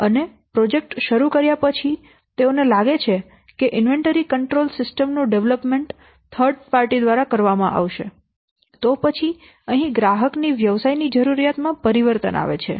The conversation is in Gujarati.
અને પ્રોજેક્ટ શરૂ કર્યા પછી તેઓને લાગે છે કે ઇન્વેન્ટરી કંટ્રોલ સિસ્ટમ નું ડેવલપમેન્ટ થર્ડ પાર્ટી દ્વારા કરવામાં આવશે તો પછી અહીં ગ્રાહક ની વ્યવસાયની જરૂરિયાત માં પરિવર્તન આવે છે